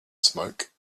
smoke